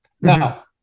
Now